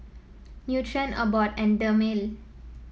Nutren Abbott and Dermale